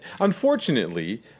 unfortunately